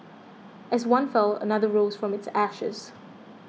as one fell another rose from its ashes